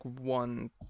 one